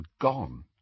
gone